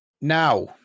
Now